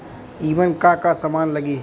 ईमन का का समान लगी?